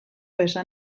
esan